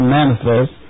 manifest